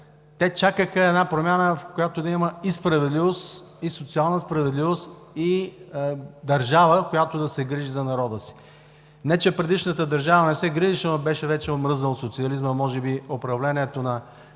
чакаха една промяна, в която да има и справедливост, и социална справедливост, и държава, която да се грижи за народа си. Не че предишната държава не се грижеше, но социализмът вече беше омръзнал, може би управлението на